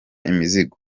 imizigo